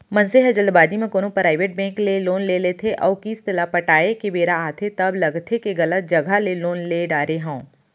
मनसे ह जल्दबाजी म कोनो पराइबेट बेंक ले लोन ले लेथे अउ किस्त ल पटाए के बेरा आथे तब लगथे के गलत जघा ले लोन ले डारे हँव